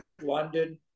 London